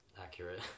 accurate